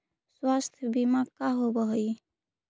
स्वास्थ्य बीमा का होव हइ?